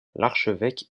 l’archevêque